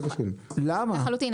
לחלוטין.